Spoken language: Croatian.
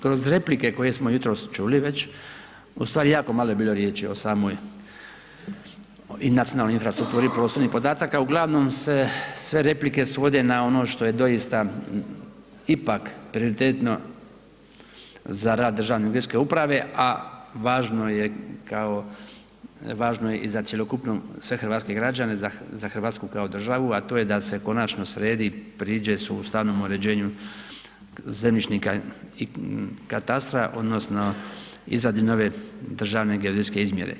Kroz replike koje smo jutros čuli već, ustvari jako malo riječi o samoj nacionalnoj infrastrukturi prostornih podataka, uglavnom se sve replike svode na ono što je doista ipak prioritetno za rad Državne geodetske uprave a važno je i za cjelokupno sve hrvatske građane, za Hrvatsku kao državu a to je da se konačno sredi i priđe sustavnom uređenju zemljišnika i katastra odnosno izvadi nove državne geodetske izmjere.